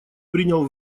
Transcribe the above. принял